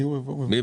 בפועל אתה אומר לה: